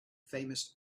famous